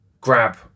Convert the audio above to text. grab